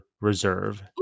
reserve